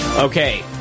Okay